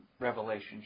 Revelation